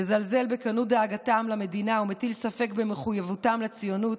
מזלזל בכנות דאגתם למדינה ומטיל ספק במחויבותם לציונות,